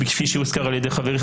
כפי שהוזכר על ידי חברי,